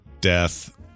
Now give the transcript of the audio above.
death